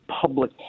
public